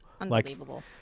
Unbelievable